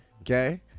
Okay